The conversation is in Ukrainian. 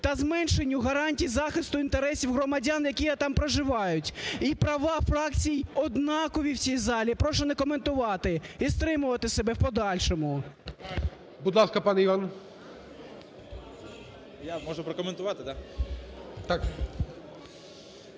та зменшенню гарантій захисту інтересів громадян, які там проживають. І права фракцій однакові в цій залі. Прошу не коментувати і стримувати себе в подальшому. ГОЛОВУЮЧИЙ. Будь ласка, пане Іван. 16:21:07 ВІННИК І.Ю. Я можу прокоментувати, так?